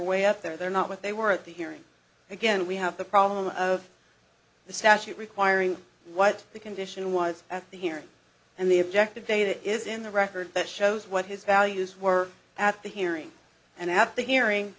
way up there they're not what they were at the hearing again we have the problem of the statute requiring what the condition was at the hearing and the objective data is in the record that shows what his values were at the hearing and at the hearing